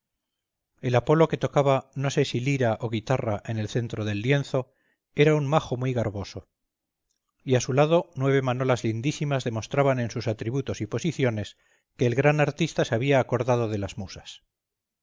el apolo que tocaba no sé si lira o guitarra en el centro del lienzo era un majo muy garboso y a su lado nueve manolas lindísimas demostraban en sus atributos y posiciones que el gran artista se había acordado de las musas